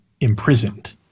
imprisoned